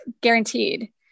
guaranteed